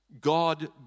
God